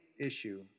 issue